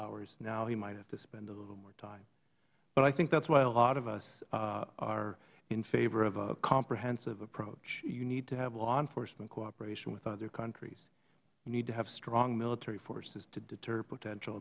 in now he might have to spend a little more time i think that is why a lot of us are in favor of a comprehensive approach you need to have law enforcement cooperation with other countries you need to have strong military forces to deter potential